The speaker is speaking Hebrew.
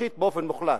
משחית באופן מוחלט.